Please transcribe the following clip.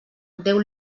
déu